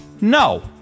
No